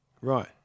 Right